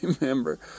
remember